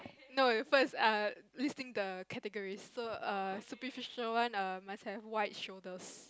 no you first err listing the categories so err superficial one err must have wide shoulders